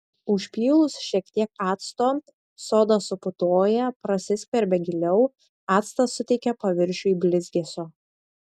užpylus šiek tiek acto soda suputoja prasiskverbia giliau actas suteikia paviršiui blizgesio